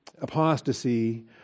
apostasy